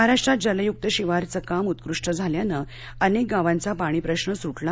महाराष्ट्रात जलयुक्त शिवारचं काम उत्कृष्ट झाल्यानं अनेक गावांचा पाणी प्रश्न सुटला